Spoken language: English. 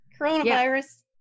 Coronavirus